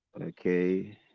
Okay